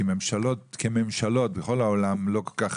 כי ממשלות כממשלות בכל העולם לא כל כך